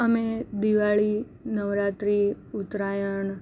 અમે દિવાળી નવરાત્રિ ઉત્તરાયણ